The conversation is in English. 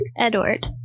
Edward